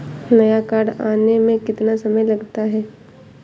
नया कार्ड आने में कितना समय लगता है?